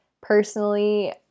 personally